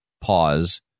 Pause